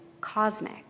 cosmic